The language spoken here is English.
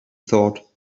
thought